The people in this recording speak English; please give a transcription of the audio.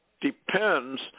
depends